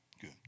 Good